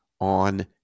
on